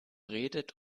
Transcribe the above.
redet